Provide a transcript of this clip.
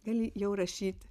gali jau rašyt